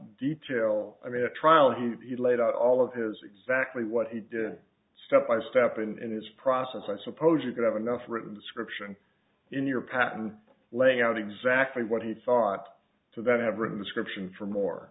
detail i mean a trial he laid out all of his exactly what he did step by step in this process i suppose you could have enough written description in your patent laying out exactly what he thought to then have written description for more